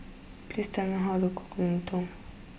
please tell me how to cook Lontong